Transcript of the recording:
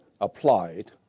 applied